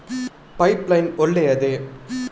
Pipe line ಒಳ್ಳೆಯದೇ?